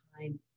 time